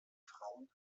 frauen